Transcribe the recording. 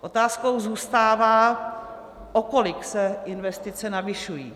Otázkou zůstává, o kolik se investice navyšují.